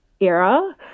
era